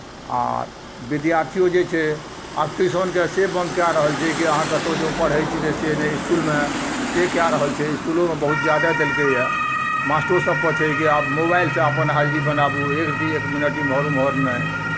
आ विद्यार्थियो जे छै आ ट्यूशनकेँ से बन्द कए रहल छै कि अहाँ कतहु जँ पढ़ै छी तऽ से नहि इसकुलमे से कए रहल छै इसकुलोमे बहुत जादा देलकैए मास्टरो सभपर छै कि आब मोबाइलसँ अपन हाजरी बनाबू एक दिन एक मिनट एमहर ओमहर नहि